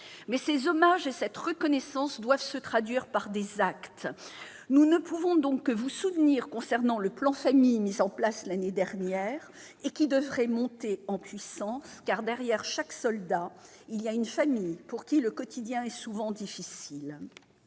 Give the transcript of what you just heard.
Mais ces hommages et cette reconnaissance doivent se traduire par des actes. Nous ne pouvons donc que vous soutenir concernant le plan Famille mis en place l'année dernière et qui devrait monter en puissance. Il y a en effet derrière chaque soldat une famille pour qui le quotidien est souvent difficile.